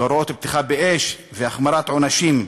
הוראות הפתיחה באש והחמרת עונשים.